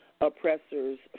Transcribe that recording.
oppressors